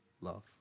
love